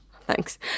thanks